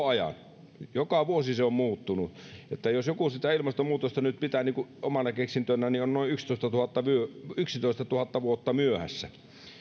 ajan joka vuosi se on muuttunut että jos joku sitä ilmastonmuutosta nyt pitää niin kuin omana keksintönään on noin yksitoistatuhatta yksitoistatuhatta vuotta myöhässä